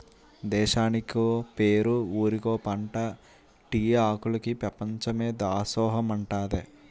దేశానికో పేరు ఊరికో పంటా టీ ఆకులికి పెపంచమే దాసోహమంటాదే